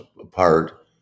apart